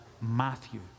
Matthew